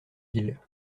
ils